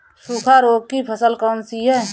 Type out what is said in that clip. सूखा रोग की फसल कौन सी है?